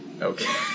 Okay